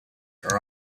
are